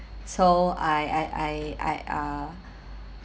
so I I I I uh